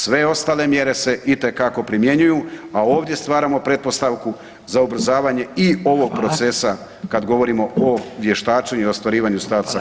Sve ostale mjere se itekako primjenjuju a ovdje stvaramo pretpostavku za ubrzavanje i ovog procesa kad govorimo o vještačenju i ostvarivanju statusa HRVI-a.